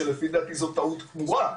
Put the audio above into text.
שלדעתי זו טעות גמורה,